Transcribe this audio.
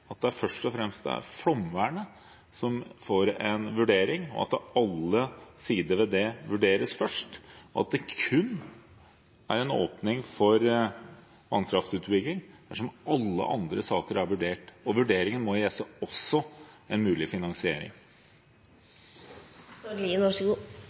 at det først og fremst er flomvernet som får en vurdering, og at alle sider ved det vurderes først – at det kun er åpning for vannkraftutbygging dersom alle andre saker er vurdert? Vurderingen må også gjelde en mulig